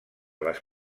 les